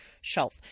shelf